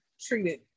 treated